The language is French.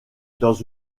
dans